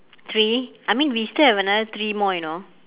three I mean we still have another three more you know